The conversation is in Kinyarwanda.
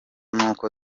nuko